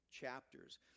chapters